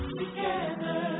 together